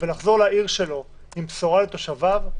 ולחזור לעיר שלו עם בשורה לתושביו,